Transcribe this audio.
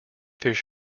fish